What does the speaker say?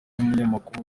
y’umunyamakuru